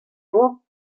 koan